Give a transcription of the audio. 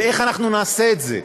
ואיך אנחנו נעשה את זה?